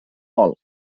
vol